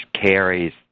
carries